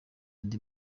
andi